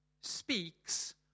speaks